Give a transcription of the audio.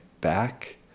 back